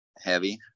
heavy